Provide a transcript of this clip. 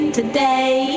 today